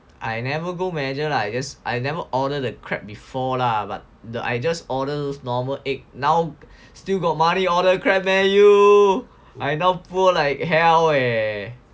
I never go measure lah because I never go order the crab before lah but I just order normal egg now still got money order crab meh you I now poor like hell eh